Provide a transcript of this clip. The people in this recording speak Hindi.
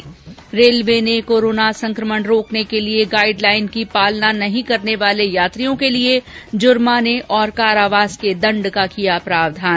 ्रेलवे ने कोरोना संकमण रोकने के लिए गाईड लाईन की पालना नहीं करने वाले यात्रियों के लिये जुर्माने और कारावास के दंड का किया प्रावधान